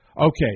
Okay